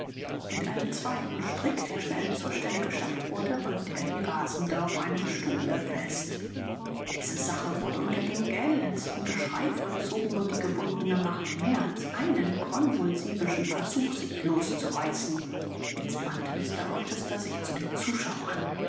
mit einem zweiten strick der schnell zur stelle geschafft wurde band er die rasende auf einem stuhle fest diese sache wurde unter dem gellendsten geschrei vollzogen und die gebundene machte mehr als einen konvulsivischen versuch sich loszureißen jetzt wandte mr rochester sich zu den zuschauern